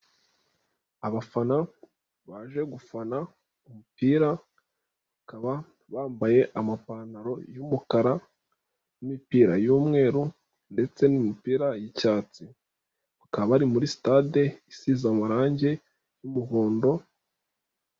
Abafana baje gufana umupira, bakaba bambaye amapantaro y'umukara n'imipira y'umweru ndetse n'umupira y'icyatsi. Bakaba bari muri sitade isize amarangi y'umuhondo.